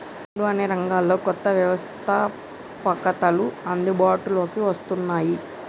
నేడు అన్ని రంగాల్లో కొత్త వ్యవస్తాపకతలు అందుబాటులోకి వస్తున్నాయి